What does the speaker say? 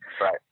Right